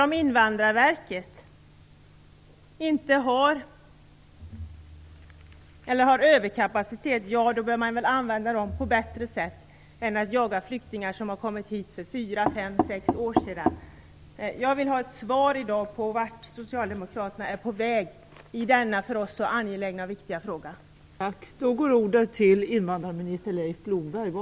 Om Invandrarverket har överkapacitet bör man väl använda den på bättre sätt än till att jaga flyktingar som har kommit hit för fyra, fem eller sex år sedan? Jag vill i dag ha ett svar på frågan vart Socialdemokraterna är på väg i denna för oss så angelägna och viktiga fråga.